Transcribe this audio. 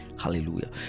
Hallelujah